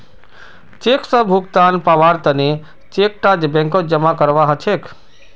cheque स भुगतान पाबार तने चेक टा बैंकत जमा करवा हछेक